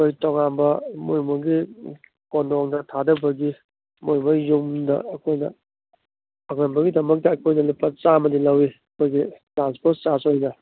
ꯑꯩꯈꯣꯏ ꯇꯣꯉꯥꯟꯕ ꯃꯣꯏ ꯃꯣꯏꯒꯤ ꯀꯣꯟꯗꯣꯡꯗ ꯊꯥꯗꯕꯒꯤ ꯃꯣꯏ ꯃꯣꯏ ꯌꯨꯝꯗ ꯑꯩꯈꯣꯏꯅ ꯐꯪꯍꯟꯕꯒꯤꯗꯃꯛꯇ ꯑꯩꯈꯣꯏꯅ ꯂꯨꯄꯥ ꯆꯥꯝꯃꯗꯤ ꯂꯧꯏ ꯑꯩꯈꯣꯏꯒꯤ ꯇ꯭ꯔꯥꯟꯁꯄ꯭ꯣꯔꯠ ꯆꯥꯔꯖ ꯑꯣꯏꯅ